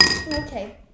Okay